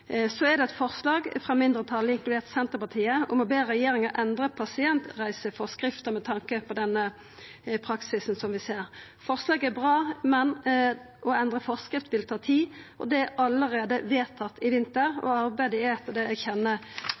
er det eit forslag frå mindretalet, inkludert Senterpartiet, om å be regjeringa endra pasientreiseforskrifta med tanke på den praksisen vi ser. Forslaget er bra, men å endra forskrifta vil ta tid. Det er allereie vedtatt i vinter, og arbeidet er, etter det eg kjenner